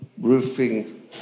roofing